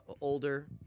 older